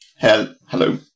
Hello